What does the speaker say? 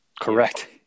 Correct